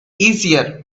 easier